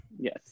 Yes